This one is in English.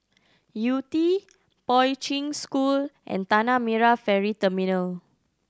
Yew Tee Poi Ching School and Tanah Merah Ferry Terminal